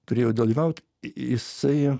turėjau dalyvaut jisai